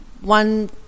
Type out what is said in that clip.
one